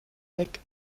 weg